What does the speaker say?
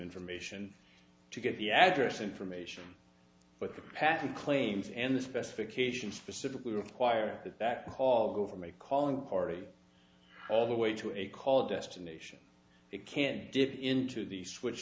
information to get the address information but the patent claims and the specification specifically require that that call go from a calling party all the way to a call destination it can dip into the switch